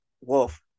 Wolf